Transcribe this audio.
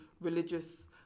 religious